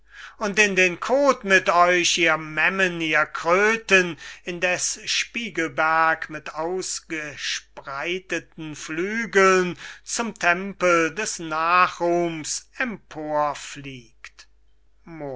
und in den koth mit euch ihr memmen ihr kröten indeß spiegelberg mit ausgespreiteten flügeln zum tempel des nachruhms empor